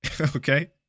Okay